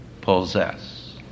possess